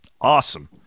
awesome